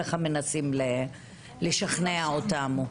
ככה מנסים לשכנע אותנו.